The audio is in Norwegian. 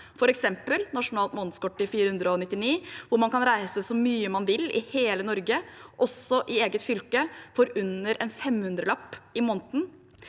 f.eks. nasjonalt månedskort til 499 kr – hvor man kan reise så mye man vil i hele Norge, også i eget fylke, for under en 500-lapp i måneden